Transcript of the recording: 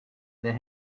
their